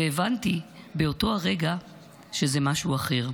והבנתי באותו הרגע שזה משהו אחר,